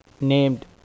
named